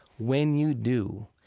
when you do,